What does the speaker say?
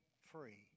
free